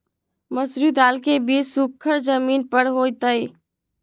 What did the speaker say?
मसूरी दाल के बीज सुखर जमीन पर होतई?